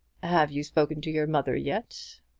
have you spoken to your mother yet?